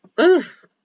oof